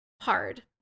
hard